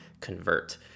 convert